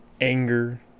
anger